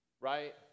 Right